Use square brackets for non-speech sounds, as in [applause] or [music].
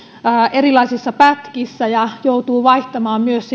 erilaisissa pätkissä ja joutuu vaihtamaan myös [unintelligible]